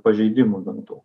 pažeidimų dantų